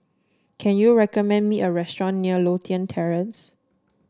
can you recommend me a restaurant near Lothian Terrace